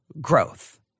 growth